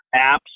apps